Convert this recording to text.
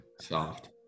Soft